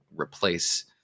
replace